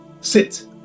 sit